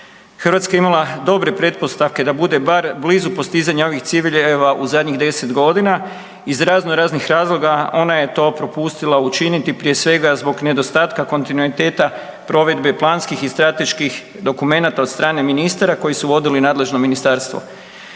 Hrvatska je imala dobre pretpostavke da bude bar blizu postizanja ovih ciljeva u zadnjih 10.g.. Iz raznoraznih razloga ona je to propustila učiniti, prije svega zbog nedostatka kontinuiteta provedbe planskih i strateških dokumenata od strane ministara koji su vodili nadležno ministarstvo.